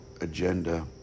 agenda